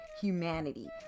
humanity